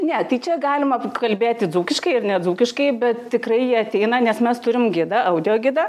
ne tai čia galima kalbėti dzūkiškai ir nedzūkiškai bet tikrai jie ateina nes mes turim gidą audiogidą